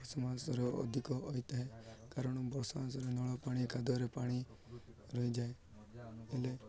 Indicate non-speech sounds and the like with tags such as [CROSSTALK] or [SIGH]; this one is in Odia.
[UNINTELLIGIBLE] ମାସରେ ଅଧିକ ହୋଇଥାଏ କାରଣ ବର୍ଷା ମାସରେ ନଳପାଣି କାଦୁଅରେ ପାଣି ରହିଯାଏ ହେଲେ